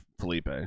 Felipe